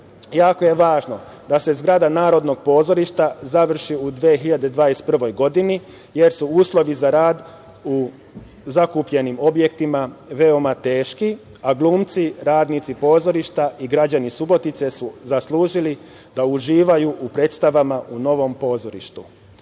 je važno da se zgrada Narodnog pozorišta završi u 2021. godini, jer su uslovi za rad u zakupljenim objektima veoma teški, a glumci, radnici pozorišta i građani Subotice su zaslužili da uživaju u predstavama u novom pozorištu. Drugim